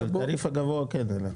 אבל התעריף הגבוה כן עלה.